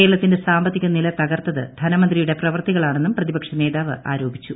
കേരളത്തിന്റെ സാമ്പത്തിക നില തകർത്തത് ധനമന്ത്രിയുടെ പ്രവർത്തികളാണെന്നും പ്രതിപക്ഷ നേതാവ് ആരോപിച്ചു